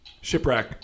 Shipwreck